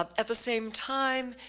um at the same time,